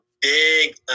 big